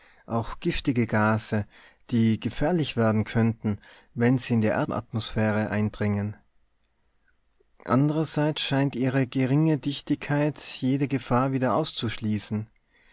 auch giftige gase die gefährlich werden könnten wenn sie in die erdatmosphäre eindrängen andrerseits scheint ihre geringe dichtigkeit jede gefahr wieder auszuschließen